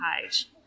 page